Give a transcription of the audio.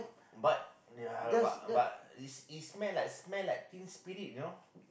but ya but but is is smell like smell like team spirit you know